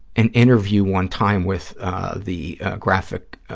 an interview one time with the graphic